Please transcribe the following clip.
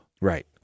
Right